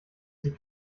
sie